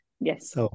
Yes